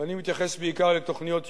ואני מתייחס בעיקר לתוכניות ילדים.